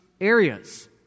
areas